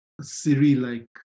Siri-like